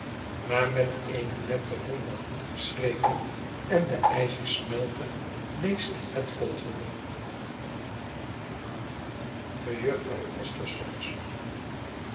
maar met eene nette ronde hand geschreven en de ijzersmelter leest het volgende mejufvrouw esthér